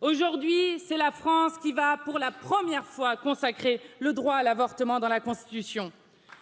aujourd'hui c'est la france qui va pour la première fois consacrer le droit à l'avortement dans la constitution